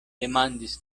demandis